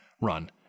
run